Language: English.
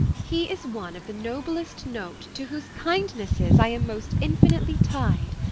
he is one of the noblest note, to whose kindnesses i am most infinitely tied.